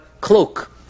cloak